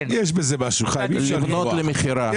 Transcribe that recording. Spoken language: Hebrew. לבנות למכירה,